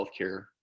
healthcare